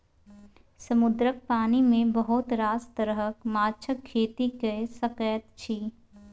समुद्रक पानि मे बहुत रास तरहक माछक खेती कए सकैत छी